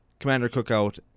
commandercookout